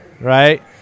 right